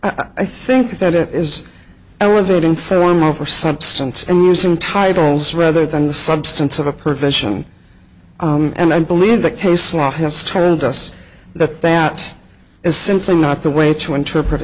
i think that it is elevating form over substance and losing titles rather than the substance of a perversion and i believe the case law has told us that that is simply not the way to interpret